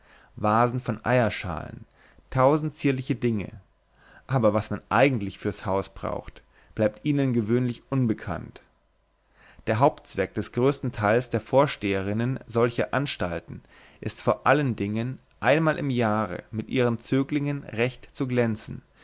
vasen von eierschalen tausend zierliche dinge aber was man eigentlich für's haus braucht bleibt ihnen gewöhnlich unbekannt der hauptzweck des größten teils der vorsteherinnen solcher anstalten ist vor allen dingen einmal im jahre mit ihren zöglingen recht zu glänzen